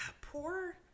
poor